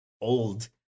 old